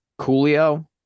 Coolio